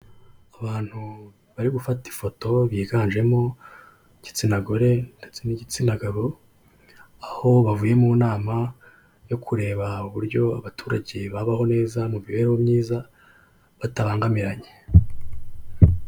Abantu bari gufata ifoto biganjemo igitsina gore ndetse n'igitsina gabo, aho bavuye mu nama yo kureba uburyo abaturage babaho neza mu mibereho myiza batabangamiranye.